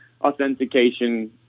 authentication